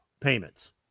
payments